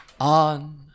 on